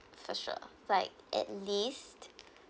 for sure like at least